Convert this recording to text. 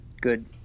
good